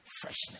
freshness